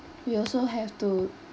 we also have to